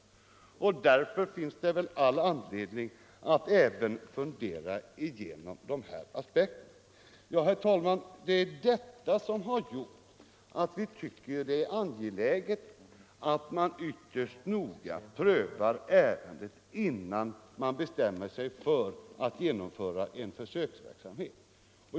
Därför finns det all anledning att fundera igenom dessa aspekter. Vi anser det därför angeläget att man ytterst noga prövar ärendet innan man bestämmer sig för att genomföra en försöksverksamhet.